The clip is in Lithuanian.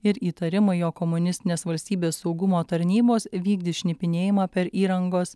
ir įtarimai jog komunistinės valstybės saugumo tarnybos vykdys šnipinėjimą per įrangos